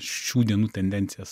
šių dienų tendencijas